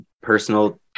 personal